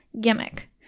gimmick